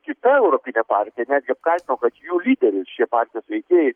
kita europine partija netgi apkaltino kad jų lyderius šie patys veikėjai